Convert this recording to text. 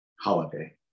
holiday